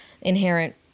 inherent